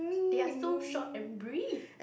they're so short and brief